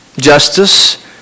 Justice